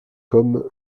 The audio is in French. comme